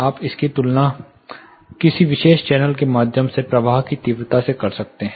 आप इसकी तुलना किसी विशेष चैनल के माध्यम से प्रवाह की तीव्रता से कर सकते हैं